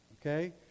okay